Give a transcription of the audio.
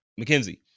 McKenzie